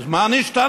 אז מה נשתנה?